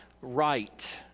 right